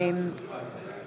אינו נוכח אראל מרגלית,